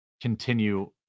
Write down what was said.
continue